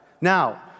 Now